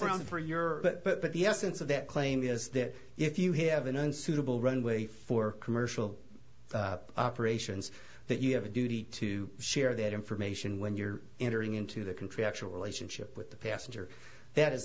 wrong for your but the essence of that claim is that if you have an unsuitable runway for commercial operations that you have a duty to share that information when you're entering into the contractual relationship with the passenger that is